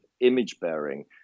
image-bearing